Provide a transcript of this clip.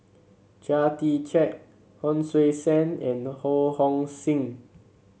Chia Tee Chiak Hon Sui Sen and Ho Hong Sing